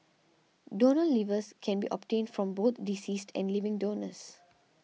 donor livers can be obtained from both deceased and living donors